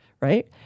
right